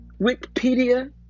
Wikipedia